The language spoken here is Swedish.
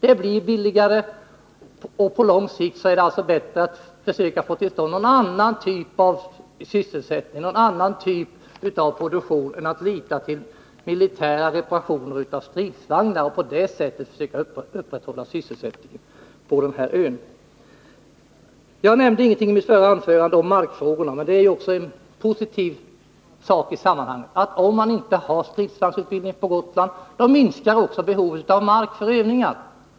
Det blir billigare, och på lång sikt är det bättre att försöka få till stånd någon annan typ av sysselsättning och någon annan typ av produktion än att lita till militära reparationer av stridsvagnar och på det sättet försöka upprätthålla sysselsättningen på den här ön. Jag nämnde ingenting i mitt förra anförande om markfrågorna. Det är också en positiv sak i sammanhanget att om man inte har stridsvagnsutbildning på Gotland så minskar också behovet av mark för övningar.